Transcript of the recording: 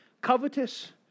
covetous